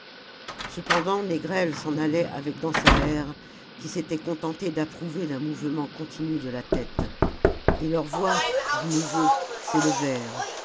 cependant négrel s'en allait avec dansaert qui s'était contenté d'approuver d'un mouvement continu de la tête et leurs voix de nouveau s'élevèrent ils